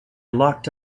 locked